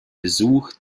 besuch